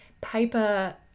paper